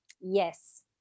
Yes